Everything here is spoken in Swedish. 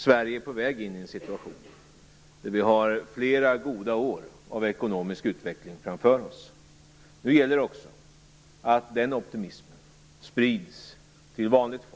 Sverige är på väg in i en situation där vi har flera goda år av ekonomisk utveckling framför oss. Nu gäller det också att den optimismen sprids till vanligt folk.